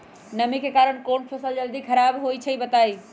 नमी के कारन कौन स फसल जल्दी खराब होई छई बताई?